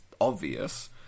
obvious